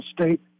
State